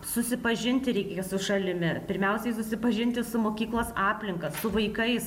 susipažinti reikės su šalimi pirmiausiai susipažinti su mokyklos aplinka su vaikais